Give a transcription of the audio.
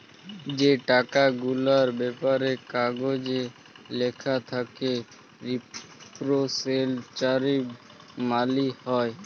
যে টাকা গুলার ব্যাপারে কাগজে ল্যাখা থ্যাকে রিপ্রেসেলট্যাটিভ মালি হ্যয়